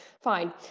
Fine